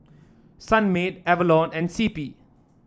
Sunmaid Avalon and C P